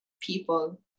people